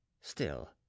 Still